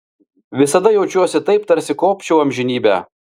visada jaučiuosi taip tarsi kopčiau amžinybę